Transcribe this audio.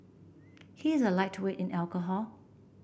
he is a lightweight in alcohol